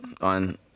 on